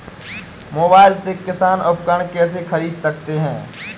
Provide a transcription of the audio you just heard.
Mobile से किसान उपकरण कैसे ख़रीद सकते है?